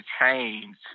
change